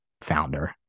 founder